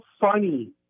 funny